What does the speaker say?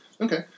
Okay